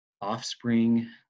offspring